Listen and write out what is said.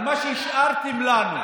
על מה שהשארתם לנו.